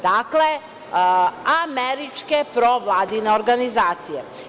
Dakle, američke provladine organizacije.